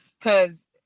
Cause